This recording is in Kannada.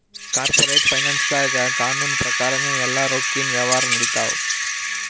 ಕಾರ್ಪೋರೇಟ್ ಫೈನಾನ್ಸ್ದಾಗ್ ಕಾನೂನ್ ಪ್ರಕಾರನೇ ಎಲ್ಲಾ ರೊಕ್ಕಿನ್ ವ್ಯವಹಾರ್ ನಡಿತ್ತವ